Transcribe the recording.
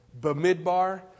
Bamidbar